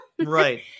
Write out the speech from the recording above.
Right